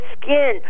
skin